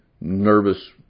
nervous